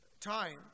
time